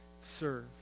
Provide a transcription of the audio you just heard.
serve